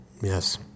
Yes